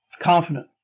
confident